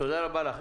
תודה רבה לך.